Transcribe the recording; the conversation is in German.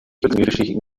kurzgeschichten